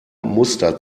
muster